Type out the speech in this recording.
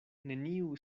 neniu